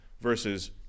versus